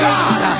God